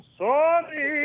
sorry